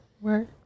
work